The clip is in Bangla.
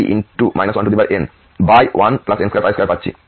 সুতরাং সরলীকরণের পরে আমরা bn2nπ1 e 1n1n22 পাচ্ছি